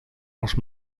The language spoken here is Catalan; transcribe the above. els